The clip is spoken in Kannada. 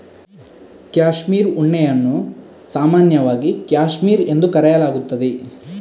ಕ್ಯಾಶ್ಮೀರ್ ಉಣ್ಣೆಯನ್ನು ಸಾಮಾನ್ಯವಾಗಿ ಕ್ಯಾಶ್ಮೀರ್ ಎಂದು ಕರೆಯಲಾಗುತ್ತದೆ